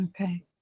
Okay